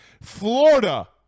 florida